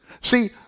See